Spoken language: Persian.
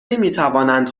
نمیتوانند